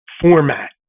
format